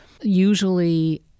Usually